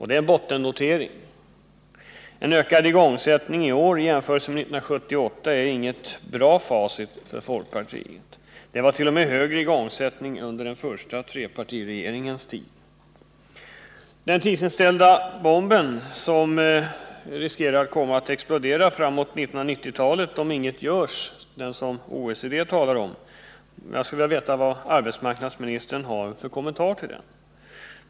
Det är en bottennotering. En ökad igångsättning i år i jämförelse med 1978 är inget bra facit för folkpartiet. Det var t.o.m. en högre igångsättning under den första trepartiregeringens tid. Vad har arbetsmarknadsministern för kommentar till den tidsinställda bomb som, om inget görs, enligt OECD riskerar att explodera framåt 1990-talet?